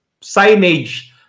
signage